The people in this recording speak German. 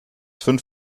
fünf